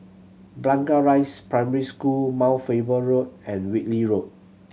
Blangah Rise Primary School Mount Faber Road and Whitley Road